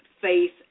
faith